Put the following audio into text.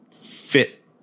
fit